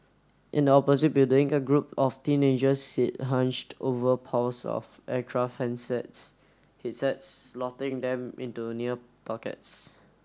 in the opposite building a group of teenagers sit hunched over piles of aircraft handsets headsets slotting them into near pockets